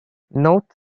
note